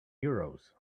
euros